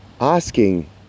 asking